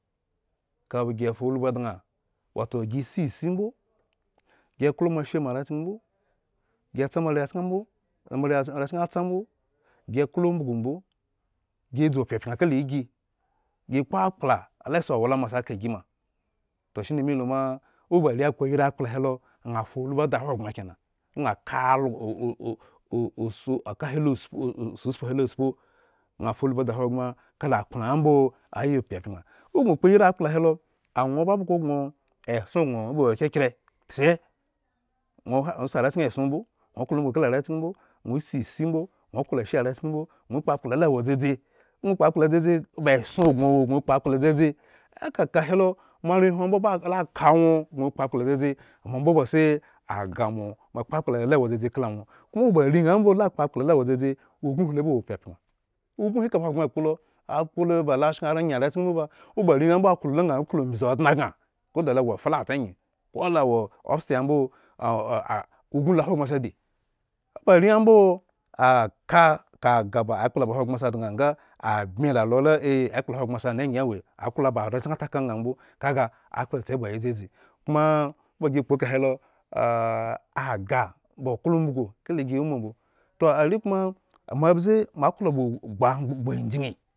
Ka bagi ya faulbu ya faulbu dŋa wato gi sisi mbo, gi klo moahe moare chken mbo. gi tsa moare atsan mbo moarecken atsa mbo, gi klo umbugu mbo, gi dzu pyapyan kal egi, gi kpoakpla la si owlama se ka gi ma, toh shine me luma owoba are akkpo iri akpla helo aŋha. faulbu da ahogren kena aŋha afaulbu di ahogbren kala akplayan mbo ayi pyanpyan, ogŋ okpo irii akpla helo aŋwo babhgo gŋo esonhŋo bawo kyakyre pse, ŋwo si arechiken eson mbo, ŋwo kpo akpla elzadzi eka kahe lo moarehwon ambo laka ŋwo gŋo okpo akpla dzaelzi mo ambo oba si agah mo, mo ba akpo akpla lawo dzadzi kala ŋwo la kpoaklpa lawo dzadzi ubin hi lo ba wo pyapyan, ubinhi eka ahogbren akppolo akpo ba lo ash enraŋhe arechken mbo ba owo ba areŋhe mbolaŋha klo ombzi. kolo awe up stel ambo ubin ahogbre asaiadi owoba areŋha mbo aka kaga akpla tse ba yi dzadzi komamoba gi kpo ekahe lo agah b oklo umbugu kala igi a wo ma mbo, toh arekoma moabze moaklo ba ogbua gbu ajgin